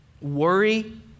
worry